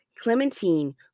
Clementine